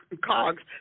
cogs